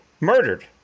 murdered